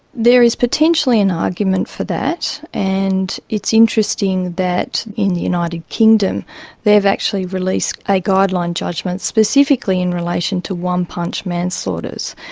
there is potentially an argument for that. and it's interesting that in the united kingdom they've actually released a guideline judgement specifically in relation to one-punch manslaughters.